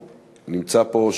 נמצא פה,